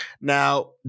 Now